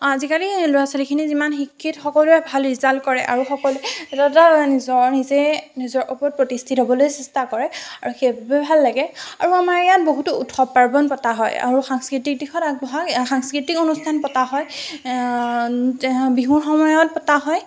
আজিকালি ল'ৰা ছোৱালীখিনি যিমান শিক্ষিত সকলোৱে ভাল ৰিজাল্ট কৰে আৰু সকলোৱে নিজৰ নিজে নিজৰ ওপৰত প্ৰতিষ্ঠিত হ'বলৈ চেষ্টা কৰে আৰু সেইবাবে ভাল লাগে আৰু আমাৰ ইয়াত বহুতো উৎসৱ পাৰ্বণ পতা হয় আৰু সাংস্কৃতিক দিশত আগবঢ়া সাংস্কৃতিক অনুষ্ঠান পতা হয় বিহুৰ সময়ত পতা হয়